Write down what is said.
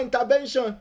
intervention